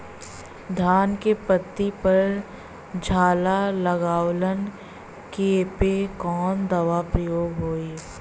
धान के पत्ती पर झाला लगववलन कियेपे कवन दवा प्रयोग होई?